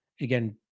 Again